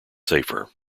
safer